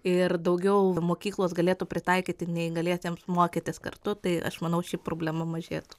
ir daugiau mokyklos galėtų pritaikyti neįgaliesiems mokytis kartu tai aš manau ši problema mažėtų